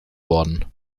worden